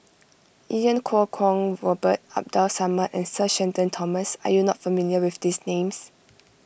Iau Kuo Kwong Robert Abdul Samad and Sir Shenton Thomas are you not familiar with these names